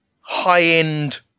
high-end